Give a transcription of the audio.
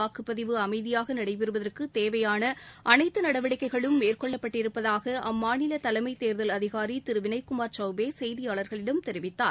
வாக்குப்பதிவு அமைதியாக நடைபெறுவதற்கு தேவையான அனைத்து நடவடிக்கைகளும் மேற்கொள்ளப்பட்டிருப்பதாக அம்மாநில தலைமை தேர்தல் அதிகாரி திரு வினய்குமார் சௌவ்பே செய்தியாளர்களிடம் தெரிவித்தார்